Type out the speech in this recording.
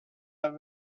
are